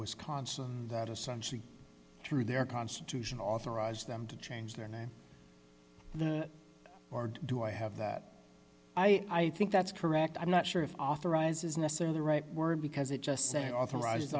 wisconsin that assumption through their constitution authorized them to change their name the board do i have that i think that's correct i'm not sure if authorize is necessary the right word because it just say authorizes